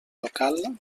local